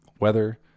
weather